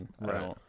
right